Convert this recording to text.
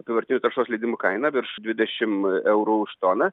apyvartinių taršos leidimų kaina virš dvidešim eurų už toną